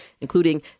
including